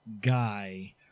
guy